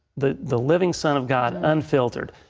the the living son of god unfiltereded,